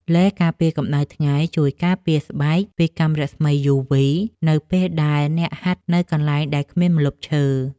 ឡេការពារកម្ដៅថ្ងៃ ជួយការពារស្បែកពីកាំរស្មីយូវី នៅពេលដែលអ្នកហាត់នៅកន្លែងដែលគ្មានម្លប់ឈើ។